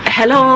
Hello